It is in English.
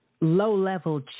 low-level